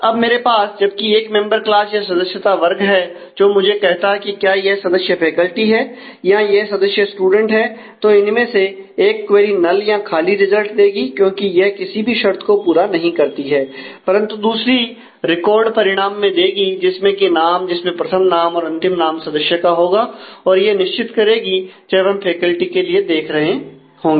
अब मेरे पास जबकि एक मेंबर क्लास या सदस्यता वर्ग है जो मुझे कहता है कि क्या यह सदस्य फैकेल्टी है या यह सदस्य स्टूडेंट है तो इनमें से एक क्वेरी नल या खाली रिजल्ट देगी क्योंकि यह किसी भी शर्त को पूरा नहीं करती है परंतु दूसरी रिकॉर्ड परिणाम में देगी जिसमें की नाम जिसमें प्रथम नाम और अंतिम नाम सदस्य का होगा और यह निश्चित करेगी जब हम फैकल्टी के लिए देख रहे होंगे